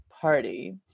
party